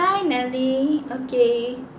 hi nellie okay